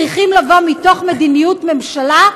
צריכים להיות מתוך מדיניות הממשלה,